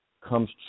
comes